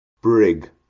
Brig